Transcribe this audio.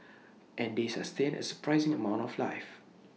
and they sustain A surprising amount of life